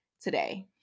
today